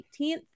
18th